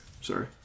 Sorry